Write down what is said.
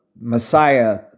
Messiah